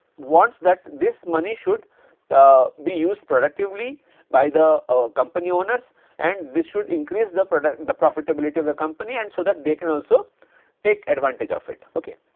wants that this money should be used productively by the ah company owners and this should increase the product the profitability of the company and so that they can also take advantage of it ok.